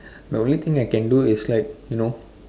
the only thing I can do is like you know